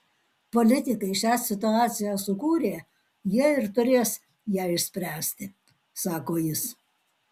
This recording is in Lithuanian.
politikai šią situaciją sukūrė jie ir turės ją išspręsti sako jis